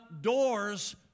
doors